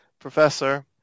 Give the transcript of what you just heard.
Professor